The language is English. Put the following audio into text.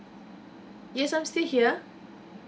yes I'm still here